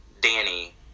Danny